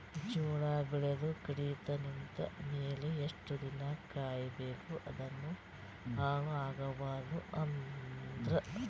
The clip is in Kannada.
ಜೋಳ ಬೆಳೆದು ಕಡಿತ ನಿಂತ ಮೇಲೆ ಎಷ್ಟು ದಿನ ಕಾಯಿ ಬೇಕು ಅದನ್ನು ಹಾಳು ಆಗಬಾರದು ಅಂದ್ರ?